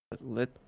Let